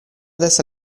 testa